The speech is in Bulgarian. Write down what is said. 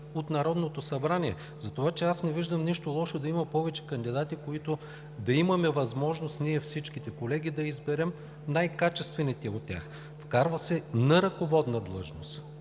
от Народното събрание. Затова аз не виждам нищо лошо да има повече кандидати, които да имаме възможност – ние всичките колеги, да изберем най-качествените от тях. Вкарва се „на ръководна длъжност“,